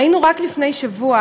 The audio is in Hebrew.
ראינו רק לפני שבוע